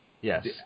Yes